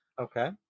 Okay